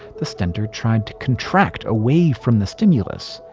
the stentor tried to contract away from the stimulus.